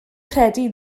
credu